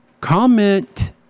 comment